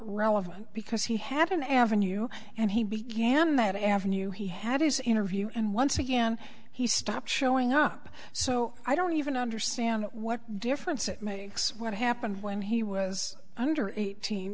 relevant because he had an avenue and he began that avenue he had his interview and once again he stopped showing up so i don't even understand what difference it makes what happened when he was under eighteen